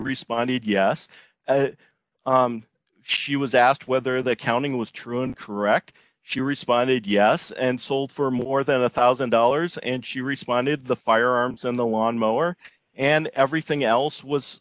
responded yes she was asked whether the counting was true and correct she responded yes and sold for more than a one thousand dollars and she responded the firearms and the lawnmower and everything else was